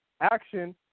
Action